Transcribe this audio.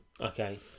Okay